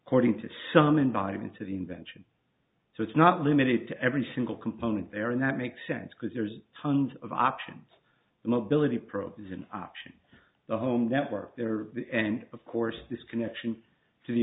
according to some environment to the invention so it's not limited to every single component there and that makes sense because there's tons of options the mobility approaches an option the home network there and of course this connection to the